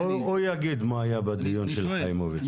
הוא יגיד מה היה בדיון של חיימוביץ'.